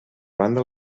banda